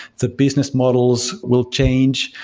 the business models will change,